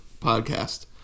podcast